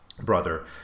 brother